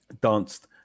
danced